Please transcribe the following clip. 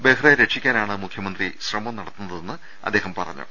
ബെഹ്റയെ രക്ഷിക്കാനാണ് മുഖ്യമന്ത്രി ശ്രമം നടത്തുന്നതെന്നും അദ്ദേഹം പറഞ്ഞു